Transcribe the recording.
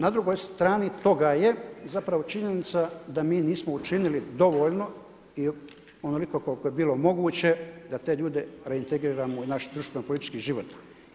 na drugoj strani toga je, zapravo činjenica da mi nismo učinili dovoljno i onoliko koliko je bilo moguće da te ljude reintegrirano u naš društveni politički život.